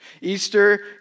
Easter